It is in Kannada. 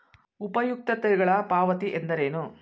ಉಪಯುಕ್ತತೆಗಳ ಪಾವತಿ ಎಂದರೇನು?